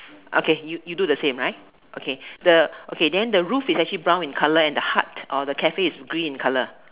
okay you you do the same right okay the okay then the roof is actually brown in colour and the hut or the Cafe is green in colour